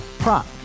Prop